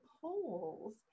polls